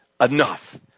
enough